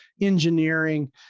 engineering